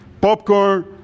popcorn